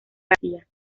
garcía